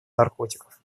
наркотиков